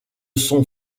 son